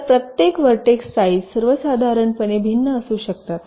तर प्रत्येक vertex size सर्वसाधारणपणे भिन्न असू शकतात